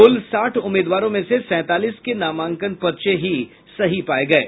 कुल साठ उम्मीदवारों में से सैंतालिस के नामांकन पर्चे सही पाये गये